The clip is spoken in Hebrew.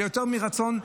ויותר מרצון,